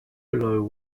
below